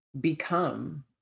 become